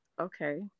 okay